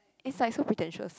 it's like so pretentious